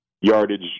yardage